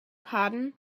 pardon